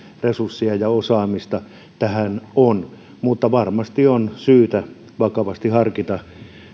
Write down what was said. resurssia ja ja osaamista tähän on mutta varmasti on syytä vakavasti harkita